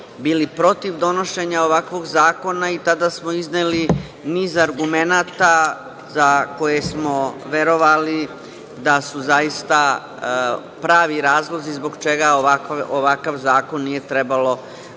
bili protiv donošenja ovakvog zakona i tada smo izneli niz argumenata za koje smo verovali da su zaista pravi razlozi zbog čega ovakav zakon nije trebalo